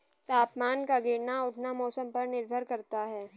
तापमान का गिरना उठना मौसम पर निर्भर करता है